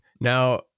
now